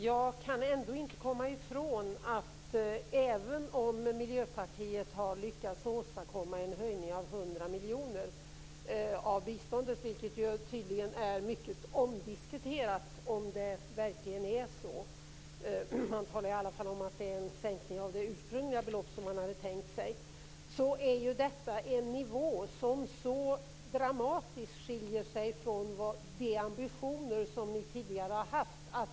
Jag kan inte komma ifrån att även om Miljöpartiet har lyckats åstadkomma en höjning av biståndet med 100 miljoner - och det är ju mycket omdiskuterat om det verkligen är så, men man talar i alla fall om att det är en sänkning av det ursprungliga belopp som man hade tänkt sig - så är ju detta en nivå som dramatiskt skiljer sig från de ambitioner som ni tidigare har haft.